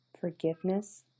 Forgiveness